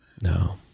no